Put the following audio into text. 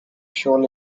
shown